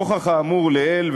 נוכח האמור לעיל,